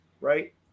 right